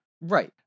Right